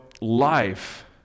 life